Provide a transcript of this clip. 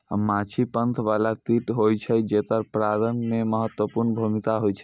माछी पंख बला कीट होइ छै, जेकर परागण मे महत्वपूर्ण भूमिका होइ छै